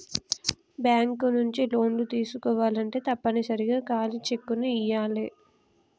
bank నుంచి లోన్లు తీసుకోవాలంటే తప్పనిసరిగా ఖాళీ చెక్కుని ఇయ్యాలే